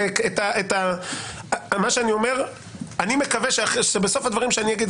אני מקווה שבסוף הדברים שאני אגיד,